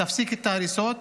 תפסיק את ההריסות,